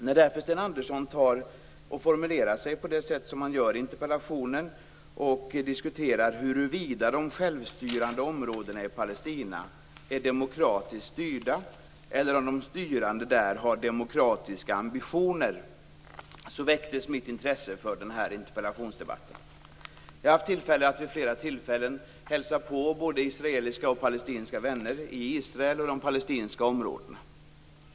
När Sten Andersson formulerar sig på det sätt som han gör i interpellationen och diskuterar huruvida de självstyrande områdena i Palestina är demokratiskt styrda eller om de styrande där har demokratiska ambitioner väcktes mitt intresse för den här interpellationsdebatten. Jag har haft flera tillfällen att hälsa på både israeliska och palestinska vänner i Israel och i de palestinska områdena.